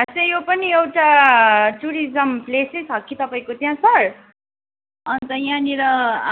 खासै यो पनि एउटा टुरिज्म प्लेसै छ कि तपाईँको त्यहाँ सर अन्त यहाँनिर